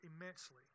immensely